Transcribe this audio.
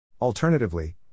Alternatively